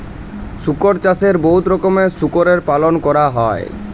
শুকর চাষে বহুত রকমের শুকরের পালল ক্যরা হ্যয় খামারে যেমল হ্যাম্পশায়ার, মিলি পিগ ইত্যাদি